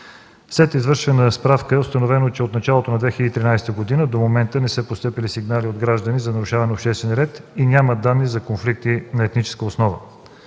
След извършена справка е установено, че от началото на 2013 г. до момента не са постъпили сигнали от граждани за нарушаване на обществения ред и няма данни за конфликти на етническа основа.